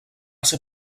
ser